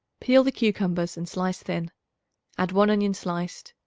peel the cucumbers and slice thin add one onion sliced.